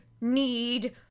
need